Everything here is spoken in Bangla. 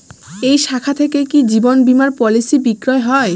এই শাখা থেকে কি জীবন বীমার পলিসি বিক্রয় হয়?